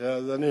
במקרה זה אני,